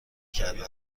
کردن